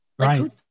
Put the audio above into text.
Right